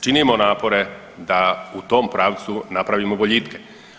Činimo napore da u tom pravcu napravimo boljitke.